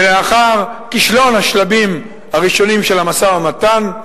שלאחר כישלון השלבים הראשונים של המשא-ומתן,